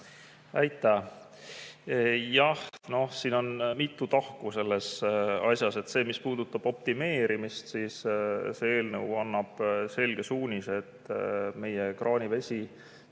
Aitäh! Jah, noh, siin on mitu tahku selles asjas. Mis puudutab optimeerimist, siis see eelnõu annab selge suunise, et meie kraanivesi,